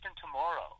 tomorrow